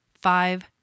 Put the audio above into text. five